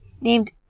named